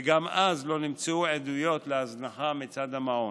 וגם אז לא נמצאו עדויות להזנחה מצד המעון.